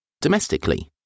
Domestically